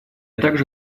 также